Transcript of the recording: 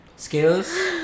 Skills